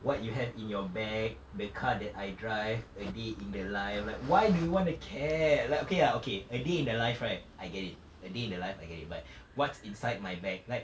what you have in your bag the car that I drive a day in the life like why do you want to care like okay ah okay ah a day in the life right I get it a day in the life I get it but what's inside my bag like